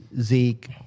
Zeke